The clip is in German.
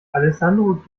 alessandro